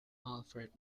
alfred